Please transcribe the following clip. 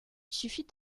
suffit